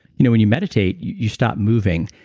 you know when you meditate you stop moving.